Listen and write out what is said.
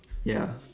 ya